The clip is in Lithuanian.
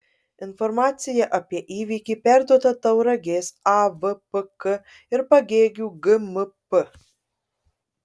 informacija apie įvykį perduota tauragės avpk ir pagėgių gmp